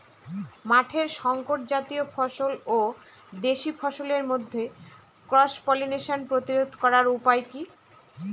মাঠের শংকর জাতীয় ফসল ও দেশি ফসলের মধ্যে ক্রস পলিনেশন প্রতিরোধ করার উপায় কি?